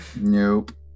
Nope